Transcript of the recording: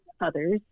others